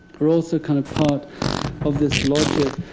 were also kind of part of this logic.